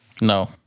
No